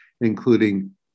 including